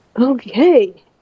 Okay